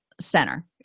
center